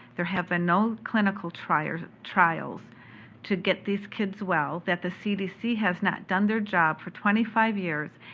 there have been no clinical trials trials to get these kids well, that the cdc has not done their job for twenty five years,